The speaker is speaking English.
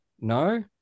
No